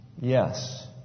Yes